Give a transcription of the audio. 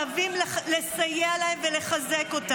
ייקחו מרביבים ומצאלים וייתנו להם.